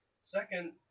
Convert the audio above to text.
Second